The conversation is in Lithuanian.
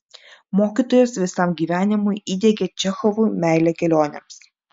mokytojas visam gyvenimui įdiegė čechovui meilę kelionėms